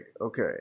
Okay